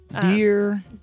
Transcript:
Dear